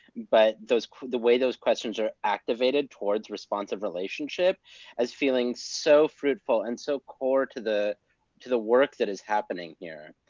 but the way those questions are activated towards responsive relationship as feeling so fruitful and so core to the to the work that is happening here.